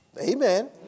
Amen